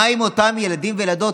מה עם אותם ילדים וילדות